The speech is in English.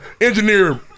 Engineer